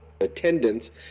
attendance